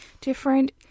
different